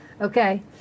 okay